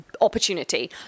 opportunity